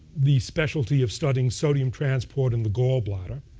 the specialty of studying sodium transport in the gall bladder.